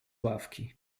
ławki